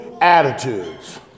attitudes